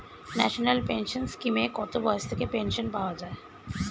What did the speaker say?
National pension স্কিমে কত বয়স থেকে পেনশন পাওয়া যায়?